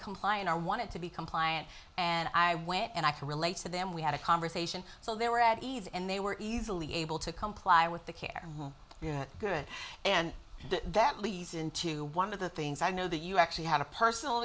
compliant i wanted to be compliant and i went and i can relate to them we had a conversation so they were at ease and they were easily able to comply with the care you're good and that leads into one of the things i know that you actually have a personal